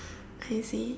I see